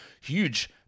huge